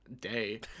day